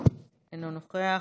אינו נוכח,